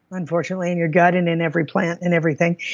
unfortunately in your gut and in every plant and everything,